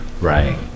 Right